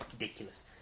ridiculous